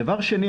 הדבר השני,